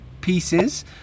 pieces